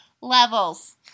Levels